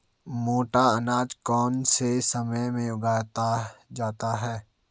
मोटा अनाज कौन से समय में उगाया जाता है?